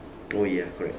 oh ya correct